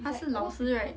她是老师 right